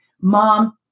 Mom